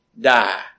die